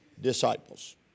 disciples